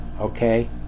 Okay